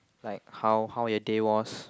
like how how your day was